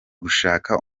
gushaka